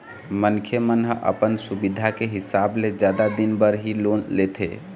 मनखे मन ह अपन सुबिधा के हिसाब ले जादा दिन बर ही लोन लेथे